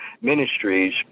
ministries